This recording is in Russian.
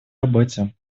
работе